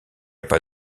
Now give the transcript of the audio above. pas